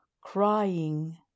crying